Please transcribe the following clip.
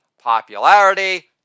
popularity